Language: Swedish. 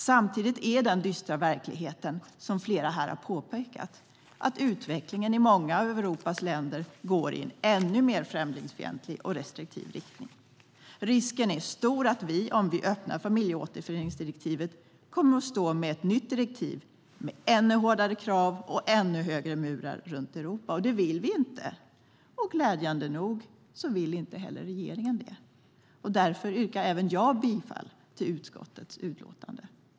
Samtidigt är den dystra verkligheten, som flera här har påpekat, att utvecklingen i många av Europas länder går i ännu mer främlingsfientlig och restriktiv riktning. Risken är stor att vi om vi öppnar familjeåterföreningsdirektivet kommer att stå med ett nytt direktiv med ännu hårdare krav och ännu högre murar runt Europa. Det vill vi inte, och glädjande nog vill inte heller regeringen det. Därför yrkar även jag bifall till förslaget i utskottets utlåtande.